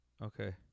Okay